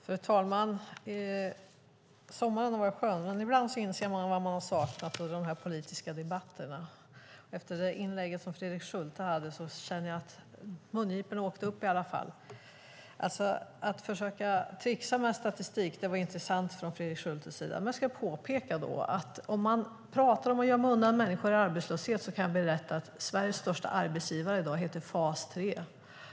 Fru talman! Sommaren har varit skön. Men ibland inser man vad man har saknat under dessa politiska debatter. Efter Fredrik Schultes inlägg känner jag att mungiporna i alla fall åkte upp. Att försöka tricksa med statistik var intressant från Fredrik Schultes sida. Men jag ska då påpeka att om man talar om att gömma undan människor i arbetslöshet kan jag berätta att Sveriges största arbetsgivare i dag heter fas 3.